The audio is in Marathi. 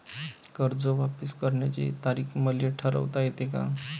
कर्ज वापिस करण्याची तारीख मले ठरवता येते का?